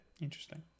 Interesting